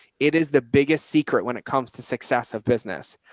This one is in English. it is the biggest secret when it comes to success of business.